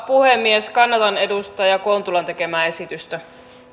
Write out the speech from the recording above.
puhemies kannatan edustaja kontulan tekemää esitystä